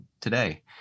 today